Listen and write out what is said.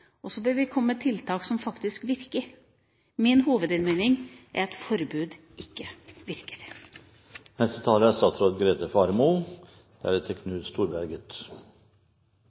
gruppa. Så bør vi komme med tiltak som faktisk virker. Min hovedinnvending er at forbud ikke virker. Tigging er